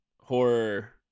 horror